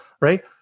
right